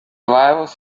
virus